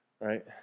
Right